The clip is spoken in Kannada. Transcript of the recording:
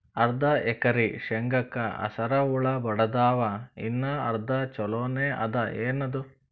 ಅರ್ಧ ಎಕರಿ ಶೇಂಗಾಕ ಹಸರ ಹುಳ ಬಡದಾವ, ಇನ್ನಾ ಅರ್ಧ ಛೊಲೋನೆ ಅದ, ಏನದು?